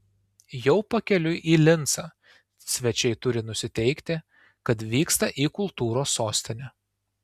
jau pakeliui į lincą svečiai turi nusiteikti kad vyksta į kultūros sostinę